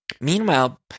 Meanwhile